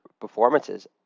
performances